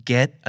Get